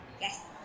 Yes